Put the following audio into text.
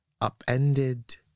upended